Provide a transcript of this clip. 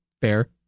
Fair